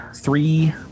Three